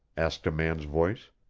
asked a man's voice.